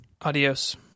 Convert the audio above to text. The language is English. Adios